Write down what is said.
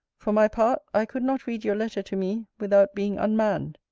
for my part, i could not read your letter to me, without being unmanned.